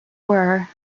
were